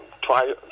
try